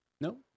No